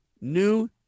new